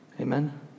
Amen